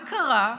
מה קרה?